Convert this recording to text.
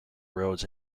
roads